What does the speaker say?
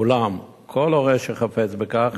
אולם כל הורה שחפץ בכך